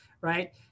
right